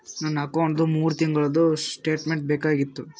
ನನ್ನ ಅಕೌಂಟ್ದು ಮೂರು ತಿಂಗಳದು ಸ್ಟೇಟ್ಮೆಂಟ್ ಬೇಕಾಗಿತ್ತು?